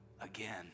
again